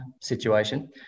situation